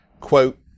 quote